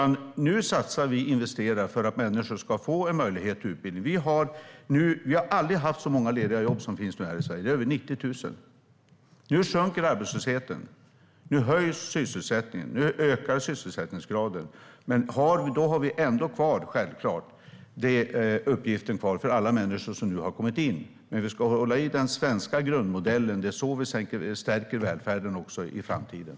Nu satsar vi och investerar för att människor ska få en möjlighet till utbildning. Vi har aldrig haft så många lediga jobb i Sverige som just nu. Det är över 90 000. Nu sjunker arbetslösheten. Nu höjs sysselsättningen. Nu ökar sysselsättningsgraden. Vi har självklart en uppgift att ordna detta för de människor som har kommit in, men vi ska hålla i den svenska grundmodellen. Det är så vi stärker välfärden också i framtiden.